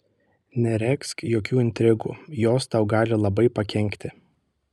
neregzk jokių intrigų jos tau gali labai pakenkti